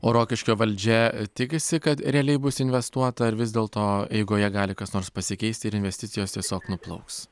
o rokiškio valdžia tikisi kad realiai bus investuota ar vis dėlto eigoje gali kas nors pasikeisti ir investicijos tiesiog nuplauks